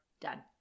done